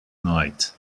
night